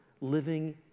living